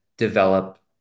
develop